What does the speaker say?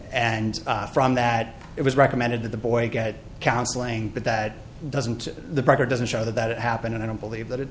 and from that it was recommended that the boy get counseling but that doesn't the parker doesn't show that it happened and i don't believe that it